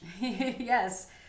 Yes